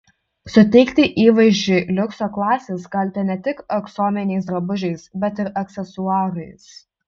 suteikti įvaizdžiui liukso klasės galite ne tik aksominiais drabužiais bet ir aksesuarais